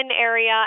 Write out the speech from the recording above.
area